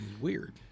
Weird